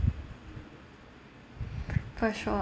for sure